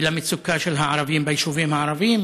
ולמצוקה של הערבים ביישובים הערביים?